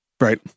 Right